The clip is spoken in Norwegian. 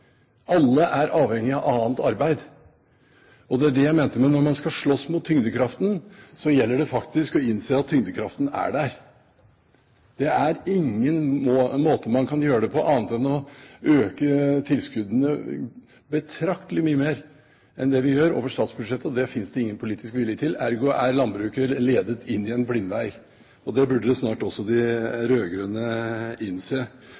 alle er avhengig av annet arbeid. Det er det jeg mente med at når man skal slåss mot tyngdekraften, gjelder det faktisk å innse at tyngdekraften er der. Det er ingen måte å gjøre det på annet enn å øke tilskuddene betraktelig mer enn det vi gjør over statsbudsjettet, og det finnes det ingen politisk vilje til – ergo er landbruket ledet inn i en blindvei. Det burde snart de rød-grønne innse. Så litt til Brekk: Som Flåtten sier, var det